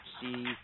see